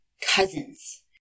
Cousins